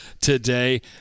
today